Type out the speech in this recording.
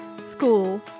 school